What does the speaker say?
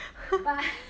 but